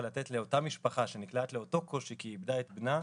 לתת לאותה משפחה שנקלעת לאותו קושי כי היא איבדה את בנה,